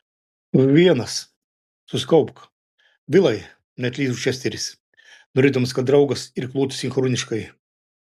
vienas susikaupk vilai neatlyžo česteris norėdamas kad draugas irkluotų sinchroniškai